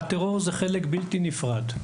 והטרור זה חלק בלתי נפרד.